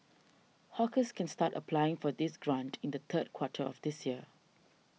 hawkers can start applying for this grant in the third quarter of this year